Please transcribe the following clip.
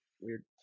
Weird